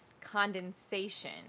condensation